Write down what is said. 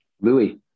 Louis